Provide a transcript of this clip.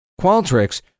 Qualtrics